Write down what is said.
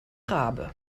rabe